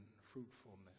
fruitfulness